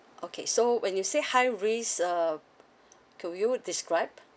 okay so when you say high risk um could you describe